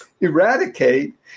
eradicate